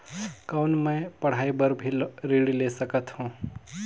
कौन मै पढ़ाई बर भी ऋण ले सकत हो?